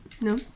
No